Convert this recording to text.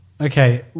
Okay